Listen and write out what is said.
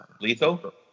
Lethal